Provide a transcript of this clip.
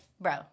bro